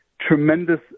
tremendous